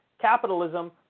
capitalism